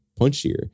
punchier